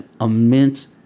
immense